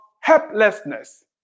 helplessness